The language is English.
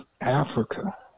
Africa